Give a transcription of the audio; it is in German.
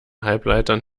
halbleitern